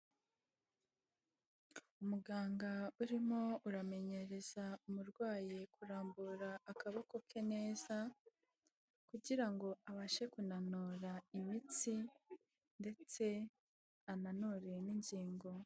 Umuganga urimo uramenyereza umurwayi kurambura akaboko ke neza kugira ngo abashe kunanura imitsi ndetse ananure n'ingingo.